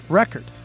record